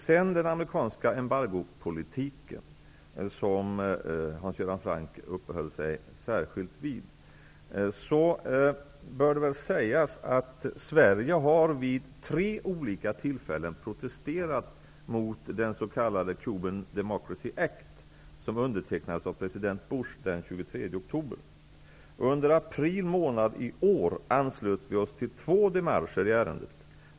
Beträffande den amerikanska embargopolitiken, som Hans Göran Franck uppehöll sig särskilt vid, bör väl sägas att Sverige vid tre olika tillfällen har protesterat mot den s.k. Cuban Democracy Act, som undertecknades av president Bush den 23 Under april månad förra året anslöt vi oss till två démarcher i ärendet.